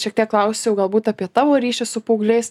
šiek tiek klausiau galbūt apie tavo ryšį su paaugliais